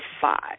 five